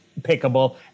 pickable